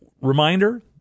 Reminder